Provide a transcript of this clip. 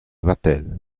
vatel